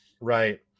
Right